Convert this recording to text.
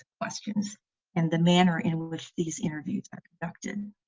questions and the manner in which these interviews are conducted.